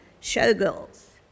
Showgirls